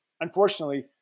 unfortunately